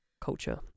culture